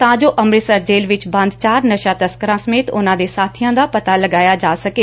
ਤਾਂ ਜੋ ਅੰਮਿਤਸਰ ਜੇਲ਼ ਵਿਚ ਬੰਦ ਚਾਰ ਨਸ਼ਾ ਤਸਕਰਾਂ ਸਮੇਤ ਉਨਾਂ ਦੇ ਸਾਬੀਆਂ ਦਾ ਪਤਾ ਲਗਾਇਆ ਜਾ ਸਕੇ